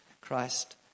Christ